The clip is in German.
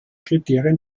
kriterien